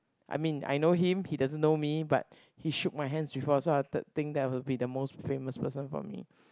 I mean I know him he doesn't know me but he shook my hands before so I'll th~ think that will be the most famous person for me